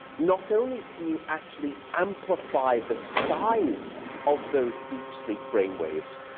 not only can you actually amplify the size of those deep sleep brain waves,